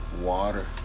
Water